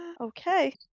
okay